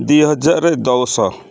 ଦୁଇ ହଜାରେ ଦଶ